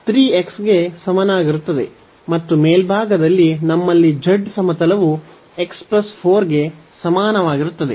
3x ಗೆ ಸಮನಾಗಿರುತ್ತದೆ ಮತ್ತು ಮೇಲ್ಭಾಗದಲ್ಲಿ ನಮ್ಮಲ್ಲಿ z ಸಮತಲವು x 4 ಗೆ ಸಮಾನವಾಗಿರುತ್ತದೆ